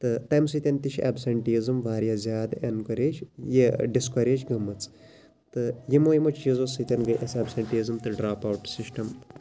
تہٕ تَمہِ سۭتۍ تہِ چھِ ایبسینٹیٖزم واریاہ زیادٕ اٮ۪نکوریج یا یہِ ڈِسکوریج گٔمٕژ تہٕ یِمو یِمو چیٖزَو سۭتۍ گے اَسہِ سَبسٔڈیٖزَن تہٕ ڈڑاپ اَوٹٔس سِسٹم